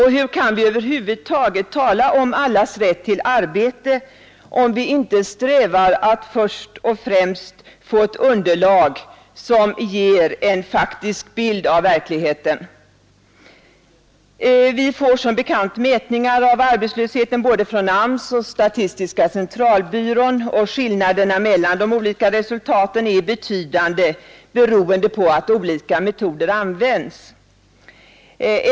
Hur kan vi över huvud taget tala om allas rätt till arbete, om vi inte strävar efter att först och främst få ett underlag som ger en faktisk bild av verkligheten? Vi får som bekant mätningar av arbetslösheten från både AMS och statistiska centralbyrån, och skillnaderna mellan de olika resultaten är betydande beroende på att olika metoder används.